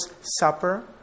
Supper